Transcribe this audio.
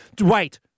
Wait